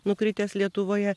nukritęs lietuvoje